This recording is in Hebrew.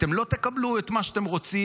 אתם לא תקבלו את מה שאתם רוצים,